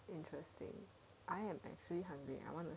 interesting I am actually hungry